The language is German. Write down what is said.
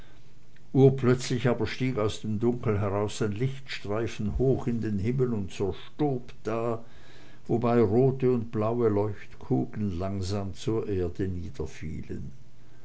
urplötzlich aber stieg gerad aus dem dunkel heraus ein lichtstreifen hoch in den himmel und zerstob da wobei rote und blaue leuchtkugeln langsam zur erde